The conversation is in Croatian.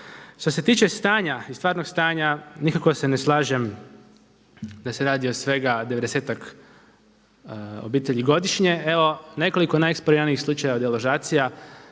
Što se tiče stanja i stvarnog stanja, nikako se ne slažem da se radi o svega 90-ak obitelji godišnje. Evo nekoliko najeksponiranijih slučajeva deložacija